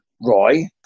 Roy